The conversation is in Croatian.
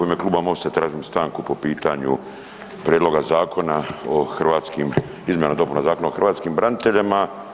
U ime Kluba Mosta tražim stanku po pitanju prijedloga zakona o hrvatskim, izmjenama i dopunama Zakona o hrvatskim braniteljima.